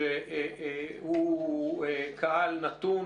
שהוא קהל נתון,